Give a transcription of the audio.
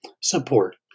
support